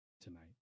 tonight